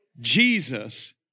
Jesus